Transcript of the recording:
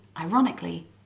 ironically